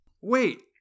Wait